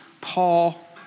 Paul